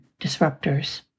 disruptors